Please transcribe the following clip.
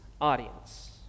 audience